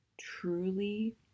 truly